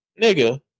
nigga